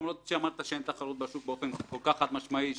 למרות שאמרת שאין תחרות בשוק באופן כל-כך חד-משמעי,